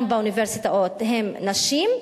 גם באוניברסיטאות, הם נשים,